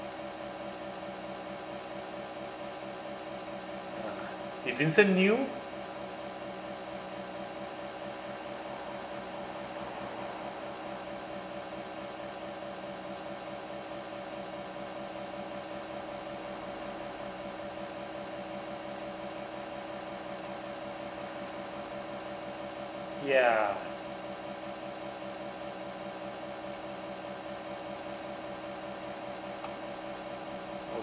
ya is vincent new ya